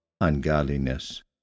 ungodliness